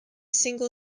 single